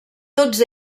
tots